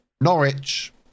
Norwich